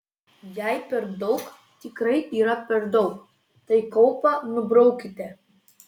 jei per daug tikrai yra per daug tai kaupą nubraukite